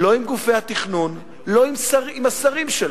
לא עם גופי התכנון, לא עם השרים שלו,